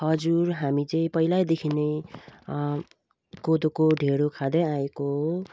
हजुर हामी चाहिँ पहिल्यैदेखि नै कोदोको ढिँडो खाँदैआएको हो